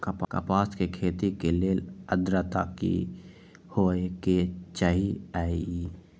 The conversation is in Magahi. कपास के खेती के लेल अद्रता की होए के चहिऐई?